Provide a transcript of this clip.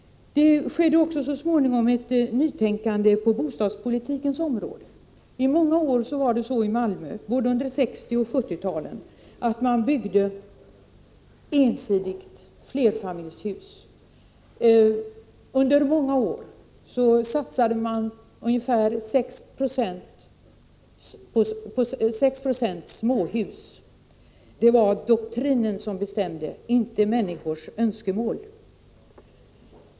Det skedde också så småningom ett nytänkande på bostadspolitikens område. I många år under 1960 och 1970-talen byggde man i Malmö mest flerfamiljshus. Endast 6 96 av bostadsproduktionen under denna tid utgjordes av småhus. Det var doktrinen som bestämde, inte människors önskemål.